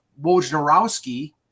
wojnarowski